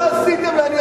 מה עשיתם?